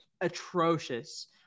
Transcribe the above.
atrocious